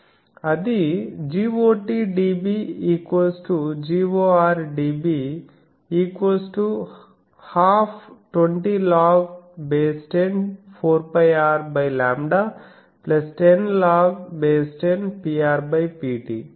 అది dB dB ½ 20log10 4πRλ10log10 Pr Pt